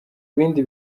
ibindi